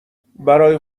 برای